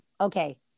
okay